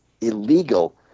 illegal